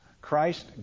Christ